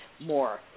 more